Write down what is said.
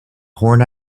horn